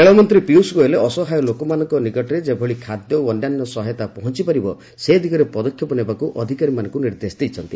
ରେଳମନ୍ତ୍ରୀ ପୀୟଷ ଗୋଏଲ ଅସହାୟ ଲୋକଙ୍କ ନିକଟରେ ଯେଭଳି ଖାଦ୍ୟ ଓ ଅନ୍ୟାନ୍ୟ ସହାୟତା ପହଞ୍ଚିପାରିବ ସେ ଦିଗରେ ପଦକ୍ଷେପ ନେବାକୁ ଅଧିକାରୀମାନଙ୍କୁ ନିର୍ଦ୍ଦେଶ ଦେଇଛନ୍ତି